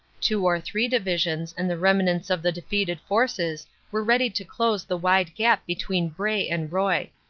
two or three divisions and the remnants of the defeated forces were ready to close the wide gap between bray and roye.